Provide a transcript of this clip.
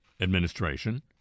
administration